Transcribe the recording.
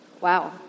Wow